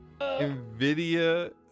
nvidia